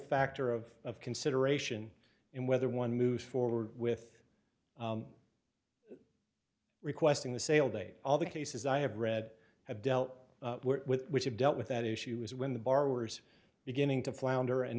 factor of consideration in whether one moves forward with requesting the sale date all the cases i have read have dealt with which have dealt with that issue is when the borrowers beginning to flounder and